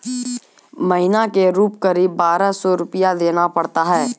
महीना के रूप क़रीब बारह सौ रु देना पड़ता है?